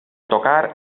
tocar